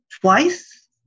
twice